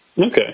Okay